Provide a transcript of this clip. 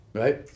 right